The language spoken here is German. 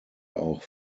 auch